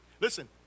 listen